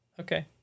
Okay